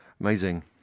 amazing